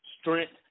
strength